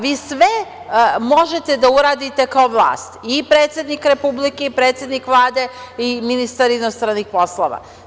Vi sve možete da uradite kao vlast i predsednik Republike i predsednik Vlade i ministar inostranih poslova.